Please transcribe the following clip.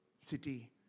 city